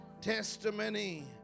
Testimony